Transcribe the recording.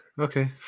okay